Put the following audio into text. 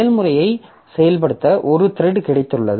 செயல்முறையை செயல்படுத்த ஒரு த்ரெட் கிடைத்துள்ளது